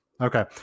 Okay